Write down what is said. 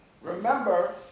remember